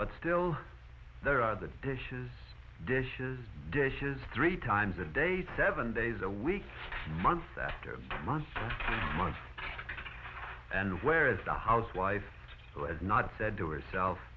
but still there are the dishes dishes dishes three times a day seven days a week month after month month and where is the housewife who has not said to herself